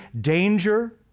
danger